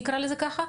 נקרא לזה ככה,